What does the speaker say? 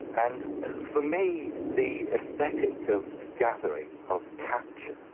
and for me the aesthetic of gathering, of capture,